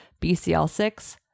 BCL6